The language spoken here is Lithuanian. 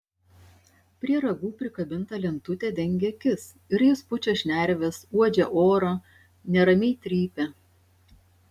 prie ragų prikabinta lentutė dengia akis ir jis pučia šnerves uodžia orą neramiai trypia